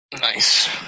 Nice